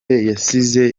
yasize